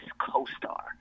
co-star